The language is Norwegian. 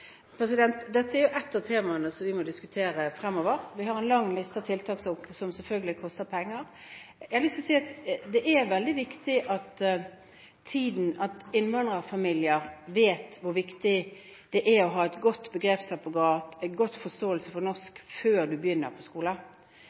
Dette er ett av temaene som vi må diskutere fremover. Vi har en lang liste av tiltak, som selvfølgelig koster penger. Jeg har lyst til å si at det er veldig viktig at innvandrerfamilier vet hvor viktig det er å ha et godt begrepsapparat, en god forståelse for norsk, før en begynner på skolen.